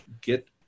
get